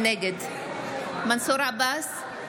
נגד מנסור עבאס,